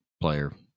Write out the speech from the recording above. player